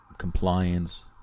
Compliance